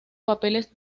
papeles